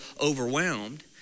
overwhelmed